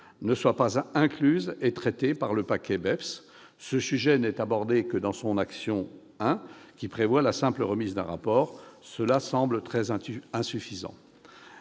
ne soit pas incluse et traitée par le « paquet BEPS ». Ce sujet n'est abordé que dans son action 1, qui prévoit la simple remise d'un rapport. Cela paraît très insuffisant.